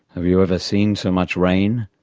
have you ever seen so much rain?